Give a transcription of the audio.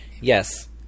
Yes